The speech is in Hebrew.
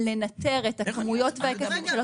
לנטר את הכמויות ואת ההיקפים של התופעה.